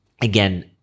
again